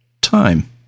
time